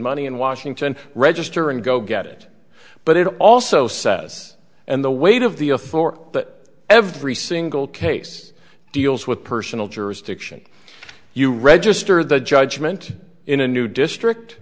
money in washington register and go get it but it also says and the weight of the afore that every single case deals with personal jurisdiction you register the judgment in a new district